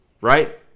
Right